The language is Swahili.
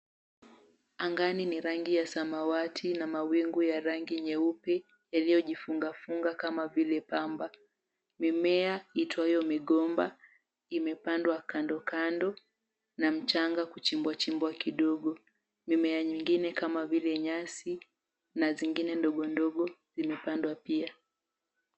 Angani ni rangi ya samawati na mawingu ya rangi nyeupe yaliyojifungafunga kama vile pamba. Mimea itwayo migomba imepandwa kando kando na mchanga kuchimbwachimbwa kidogo. Mimea nyingine kama vile nyasi na zingine ndogo ndogo zimepandwa pia.